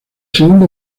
segundo